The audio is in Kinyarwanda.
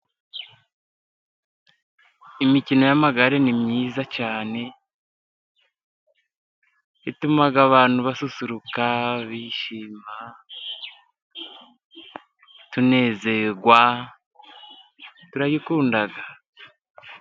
Imikino y' amagare ni myiza cyane ituma abantu basusuruka, bishima, tunezerwa turayikunda.